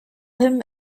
him